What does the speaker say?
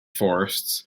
forests